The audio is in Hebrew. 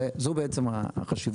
זו בעצם החשיבות.